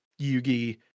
yugi